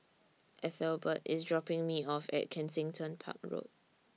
Ethelbert IS dropping Me off At Kensington Park Road